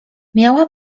miała